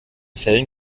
fällen